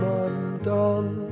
undone